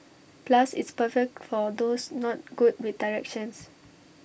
plus it's perfect for those not good with directions